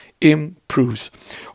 improves